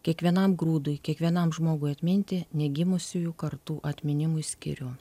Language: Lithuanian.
kiekvienam grūdui kiekvienam žmogui atminti negimusiųjų kartų atminimui skiriu